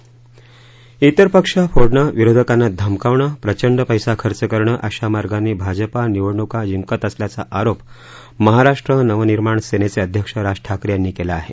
ात्तर पक्ष फोडाण विरोधकांना धमकावणं प्रचंड पैसा खर्च करणं अशा मार्गांनी भाजपा निवडणुका जिंकत असल्याचा आरोप महाराष्ट्र नवनिर्माण सेनेचे अध्यक्ष राज ठाकरे यांनी केला आहे